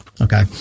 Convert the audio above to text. okay